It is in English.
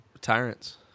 Tyrants